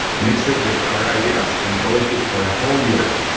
mixed it with our ideas and polished it for a whole year.